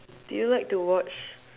do you like to watch